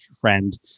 friend